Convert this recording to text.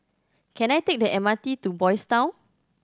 can I take the M R T to Boys' Town